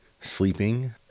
sleeping